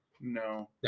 No